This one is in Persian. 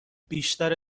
بیشتر